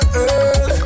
Girl